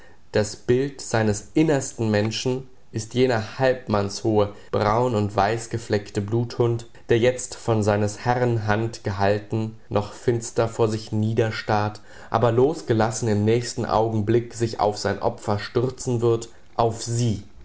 das bild seines innersten menschen ist jener halbmannshohe braun und weiß gefleckte bluthund der jetzt von seines herrn hand gehalten noch finster vor sich niederstarrt aber losgelassen im nächsten augenblick sich auf sein opfer stürzen wird auf sie